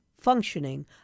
functioning